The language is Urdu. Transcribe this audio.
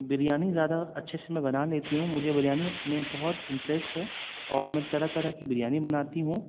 بریانی زیادہ اچھے سے میں بنا لیتی ہوں مجھے بریانی میں بہت انٹریسٹ ہے اور میں طرح طرح کی بریانی بناتی ہوں